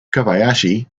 kobayashi